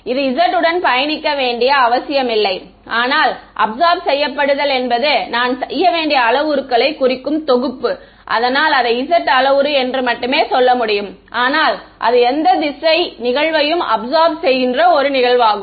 இது z உடன் பயணிக்க வேண்டிய அவசியமில்லை ஆனால் அப்சார்ப் செய்யப்படுதல் என்பது நான் செய்ய வேண்டிய அளவுருக்களைக் குறிக்கும் தொகுப்பு அதனால் அதை z அளவுரு என்று மட்டுமே சொல்ல முடியும் ஆனால் அது எந்த திசை நிகழ்வையும் அப்சார்ப் செய்கின்ற ஒரு நிகழ்வாகும்